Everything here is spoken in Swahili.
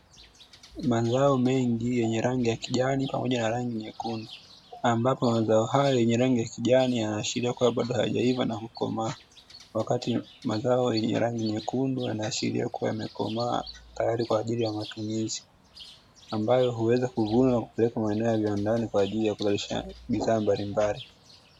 Mazao mengi yenye rangi ya kijani pamoja na rangi nyekundu, ambapo mazao haya yenye rangi ya kijani yanashikilia kabla hajaiva na kukomaa, wakati mazao yenye rangi nyekundu yanaashiria yako yamekomaa tayari kw aajili ya matumizi, ambayo huweza kuvunwa na kupelekwa viwandani kwa ajili ya kuzalisha bidhaa mbalimbali.